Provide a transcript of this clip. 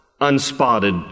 unspotted